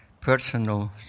personal